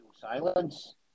silence